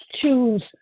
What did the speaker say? choose